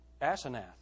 Asenath